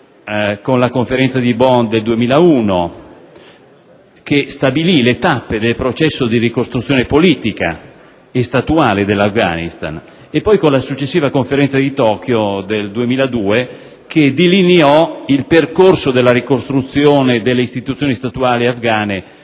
nella Conferenza di Bonn del 2001, nella quale sono state stabilite le tappe del processo di ricostruzione politica e statuale dell'Afghanistan; con la successiva Conferenza di Tokyo del 2002 si è delineato il percorso della ricostruzione delle istituzioni statutarie afgane